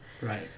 Right